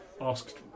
asked